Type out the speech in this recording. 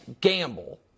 gamble